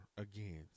again